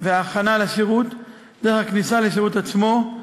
וההכנה לשירות, דרך הכניסה לשירות עצמו,